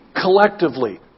collectively